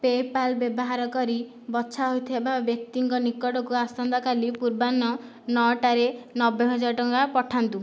PayPal ବ୍ୟବହାର କରି ବଛା ହୋଇଥିବା ବ୍ୟକ୍ତିଙ୍କ ନିକଟକୁ ଆସନ୍ତାକାଲି ପୂର୍ବାହ୍ନ ନଅଟା'ରେ ନବେ ହଜାର ଟଙ୍କା ପଠାନ୍ତୁ